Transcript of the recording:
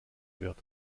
wird